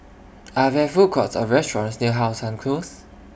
Are There Food Courts Or restaurants near How Sun Close